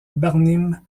barnim